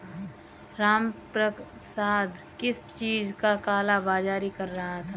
रामप्रसाद किस चीज का काला बाज़ारी कर रहा था